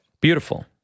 beautiful